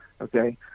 okay